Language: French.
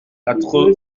quatre